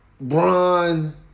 Bron